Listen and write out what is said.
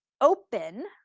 open